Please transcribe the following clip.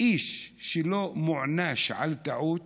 איש שלא מוענש על טעות